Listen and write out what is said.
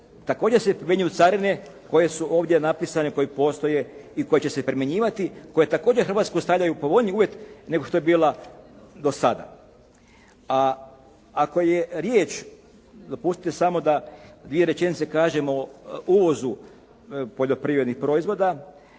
također se primjenjuju carine koje su ovdje napisane, koje postoje i koje će se primjenjivati. Koje također Hrvatsku stavljaju u povoljniji uvjet nego što je bila do sada. A ako je riječ dopustite samo da dvije rečenice kažem o uvozu poljoprivrednih proizvoda